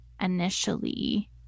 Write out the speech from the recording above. initially